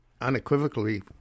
unequivocally